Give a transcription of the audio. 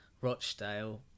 Rochdale